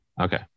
Okay